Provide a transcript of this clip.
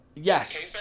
Yes